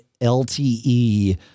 LTE